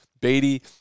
Beatty